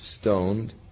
stoned